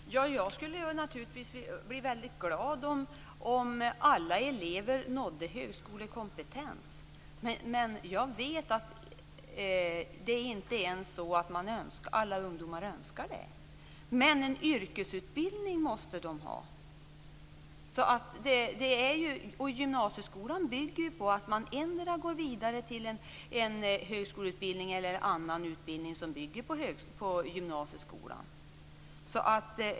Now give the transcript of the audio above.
Herr talman! Jag skulle naturligtvis bli väldigt glad om alla elever nådde högskolekompetens. Jag vet att det inte ens är så att alla ungdomar önskar det, men en yrkesutbildning måste de ha. Gymnasieskolan bygger på att man endera går vidare till en högskoleutbildning eller till en annan utbildning som bygger på gymnasieskolan.